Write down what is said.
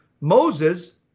Moses